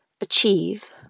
achieve